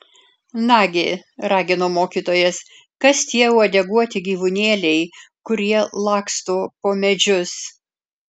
nagi ragino mokytojas kas tie uodeguoti gyvūnėliai kurie laksto po medžius